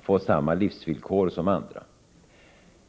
få samma livsvillkor som andra.